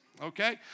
Okay